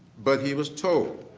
but he was told